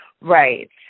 Right